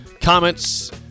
comments